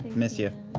miss you.